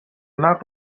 نقل